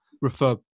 refer